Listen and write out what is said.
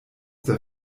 der